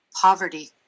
poverty